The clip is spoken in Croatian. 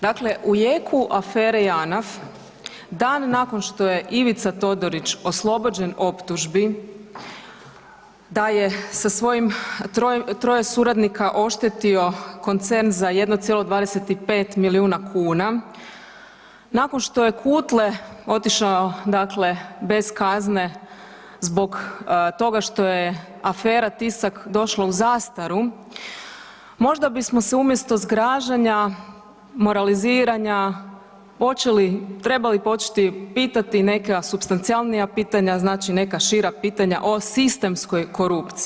Dakle u jeku afere Janaf dan nakon što je Ivica Todorić oslobođen optužbi da je sa svojim troje suradnika oštetiš koncern za 1,25 milijuna kuna, nakon što je Kutle otišao dakle bez kazne zbog toga što je afera Tisak došla u zastaru možda bismo se umjesto zgražanja, moraliziranja trebali početi pitati neka supstancijalnija pitanja, znači neka šira pitanja o sistemskoj korupciji.